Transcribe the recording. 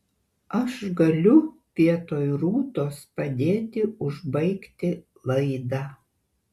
aš galiu vietoj rūtos padėti užbaigti laidą